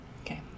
Okay